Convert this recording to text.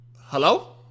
hello